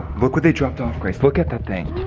look what they dropped off grace. look at that thing.